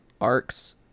arcs